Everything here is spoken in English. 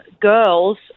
girls